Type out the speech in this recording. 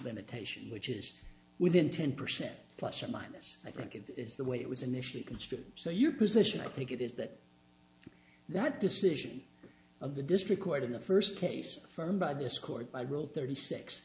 limitation which is within ten percent plus or minus i think it's the way it was initially construed so your position i take it is that that decision of the district court in the first case firm by this court by rule thirty six